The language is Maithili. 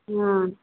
हँ